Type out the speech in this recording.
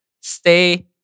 stay